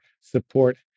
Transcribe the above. support